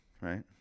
Right